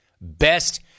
best